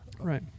Right